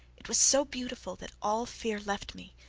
it was so beautiful that all fear left me,